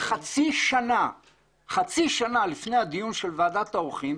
למה חצי שנה לפני הדיון של ועדת העורכים,